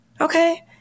Okay